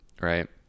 Right